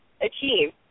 achieve